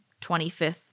25th